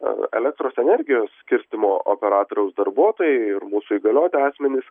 elektros energijos skirstymo operatoriaus darbuotojai ir mūsų įgalioti asmenys